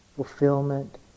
fulfillment